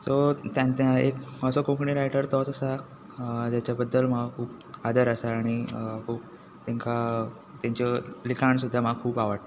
so असो Konkani writer एक तोच आसा जाच्या बद्दल म्हाका खूब आदर आसा आनी खूब तांकां तांचें लिखाण सुद्दां म्हाका खूब आवडटा